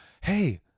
Hey